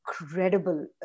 incredible